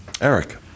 Eric